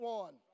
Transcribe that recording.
one